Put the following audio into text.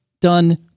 done